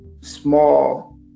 small